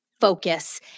Focus